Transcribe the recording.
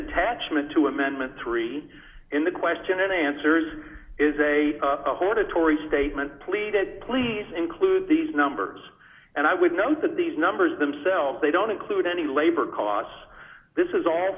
attachment to amendment three in the question and answers is a hortatory statement pleaded please include these numbers and i would note that these numbers themselves they don't include any labor costs this is all